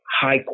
high